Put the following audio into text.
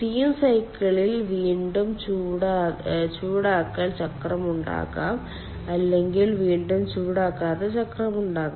steam സൈക്കിളിൽ വീണ്ടും ചൂടാക്കൽ ചക്രം ഉണ്ടാകാം അല്ലെങ്കിൽ വീണ്ടും ചൂടാക്കാത്ത ചക്രം ഉണ്ടാകാം